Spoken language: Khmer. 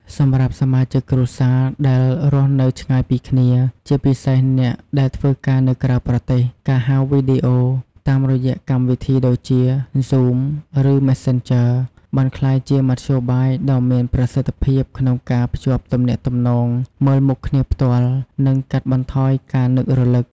សម្រាប់សមាជិកគ្រួសារដែលរស់នៅឆ្ងាយពីគ្នា ជាពិសេសអ្នកដែលធ្វើការនៅក្រៅប្រទេស ការហៅវីដេអូ តាមរយៈកម្មវិធីដូចជា Zoom ឬ Messenger បានក្លាយជាមធ្យោបាយដ៏មានប្រសិទ្ធភាពក្នុងការភ្ជាប់ទំនាក់ទំនងមើលមុខគ្នាផ្ទាល់ និងកាត់បន្ថយការនឹករលឹក។